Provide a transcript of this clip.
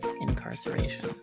incarceration